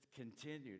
continued